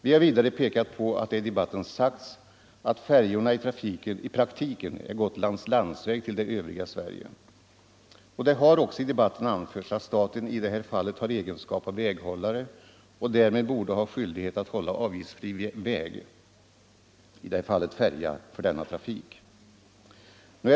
Vi har vidare pekat på att det i debatten sagts att färjorna i praktiken är Gotlands landsväg” till det övriga Sverige. Det har också i debatten anförts att staten i det här fallet har egenskap av väghållare och därmed borde ha skyldighet att hålla avgiftsfri väg — färja — för denna trafik.